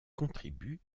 contribue